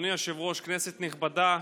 אדוני היושב-ראש, כנסת נכבדה,